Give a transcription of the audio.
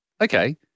okay